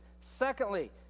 Secondly